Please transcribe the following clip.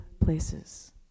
places